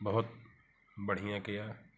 बहुत बढ़िया किया